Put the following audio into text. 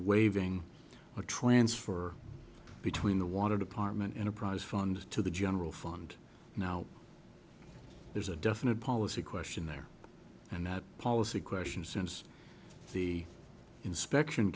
waving a transfer between the wanted apartment and a prize fund to the general fund now there's a definite policy question there and not a policy question since the inspection